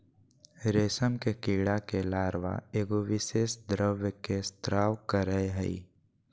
रेशम के कीड़ा के लार्वा एगो विशेष द्रव के स्त्राव करय हइ